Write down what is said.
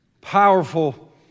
powerful